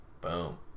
Boom